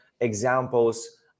examples